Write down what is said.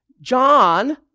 John